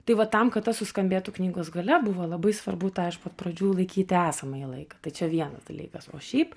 tai va tam kad tas suskambėtų knygos gale buvo labai svarbu tą iš pat pradžių laikyti esamąjį laiką tai čia vienas dalykas o šiaip